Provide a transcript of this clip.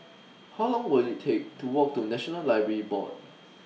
How Long Will IT Take to Walk to National Library Board